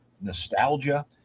Nostalgia